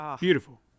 beautiful